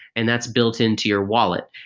and that's built into your wallet,